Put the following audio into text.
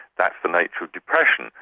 that's the nature of depression,